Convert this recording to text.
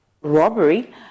robbery